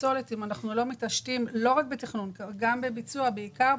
פסולת אם אנחנו לא מתעשתים בתכנון ובביצוע אנחנו